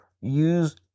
use